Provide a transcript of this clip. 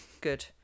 Good